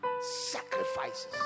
sacrifices